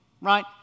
right